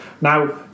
Now